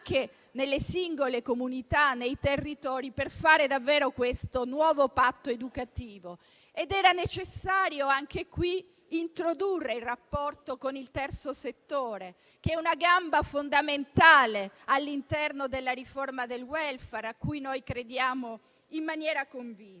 anche nelle singole comunità e nei territori per fare davvero il nuovo patto educativo. Era necessario anche qui introdurre il rapporto con il terzo settore, che è una gamba fondamentale all'interno della riforma del *welfare*, a cui noi crediamo in maniera convinta.